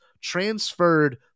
transferred